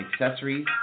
accessories